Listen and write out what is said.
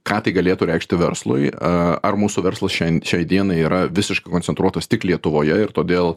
ką tai galėtų reikšti verslui ar mūsų verslas šian šiai dienai yra visiškai koncentruotas tik lietuvoje ir todėl